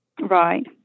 Right